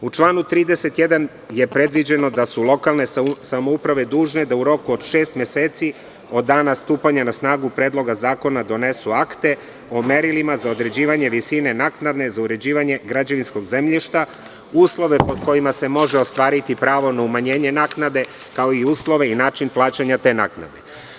U članu 31. je predviđeno da su lokalne samouprave dužne da u roku od šest meseci od dana stupanja na snagu Predloga zakona donesu akti o merilima za određivanje visine naknade za uređivanje građevinskog zemljišta, uslove pod kojima se može ostvariti pravo na umanjenje naknade, kao i uslove i način plaćanja te naknade.